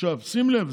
שים לב,